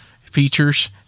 features